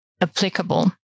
applicable